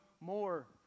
more